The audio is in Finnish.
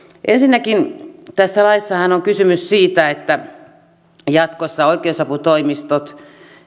ensinnäkin tässä laissahan on kysymys siitä että jatkossa oikeusaputoimistot